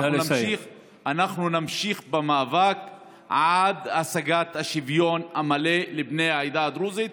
אנחנו נמשיך במאבק עד השגת השוויון המלא לבני העדה הדרוזית.